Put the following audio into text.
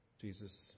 Jesus